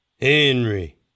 Henry